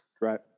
Right